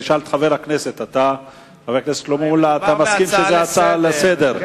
אשאל את חבר הכנסת מולה: אתה מסכים שזו הצעה לסדר-היום?